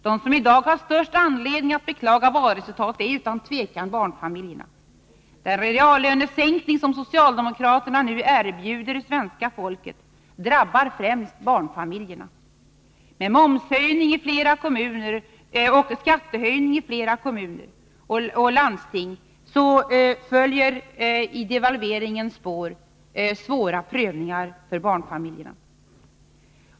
De som i dag har störst anledning att beklaga valresultatet är utan tvivel barnfamiljerna. Den reallönesänkning som socialdemokraterna nu erbjuder svenska folket drabbar främst barnfamiljerna. Med momshöjning och skattehöjningar i flera kommuner och landsting följer i devalveringens spår svåra prövningar för barnfamiljerna.